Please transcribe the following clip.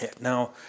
now